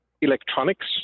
electronics